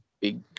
big